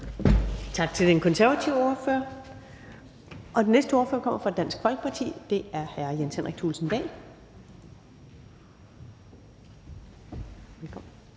Tak til den konservative ordfører. Den næste ordfører kommer fra Dansk Folkeparti, og det er hr. Jens Henrik Thulesen Dahl. Velkommen.